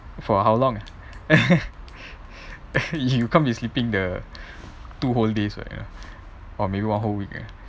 for how long you can't be sleeping the two whole days [what] or maybe one whole week ah